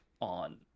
on